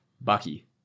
Bucky